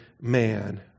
man